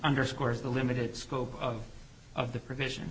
underscores the limited scope of of the provision